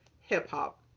hip-hop